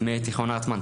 מתיכון הרטמן,